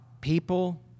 people